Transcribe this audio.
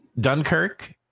Dunkirk